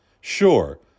Sure